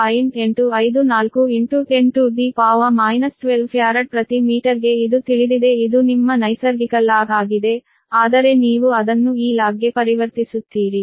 854 10 12 farad ಪ್ರತಿ ಮೀಟರ್ಗೆ ಇದು ತಿಳಿದಿದೆ ಇದು ನಿಮ್ಮ ನೈಸರ್ಗಿಕ ಲಾಗ್ ಆಗಿದೆ ಆದರೆ ನೀವು ಅದನ್ನು ಈ ಲಾಗ್ಗೆ ಪರಿವರ್ತಿಸುತ್ತೀರಿ